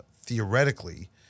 theoretically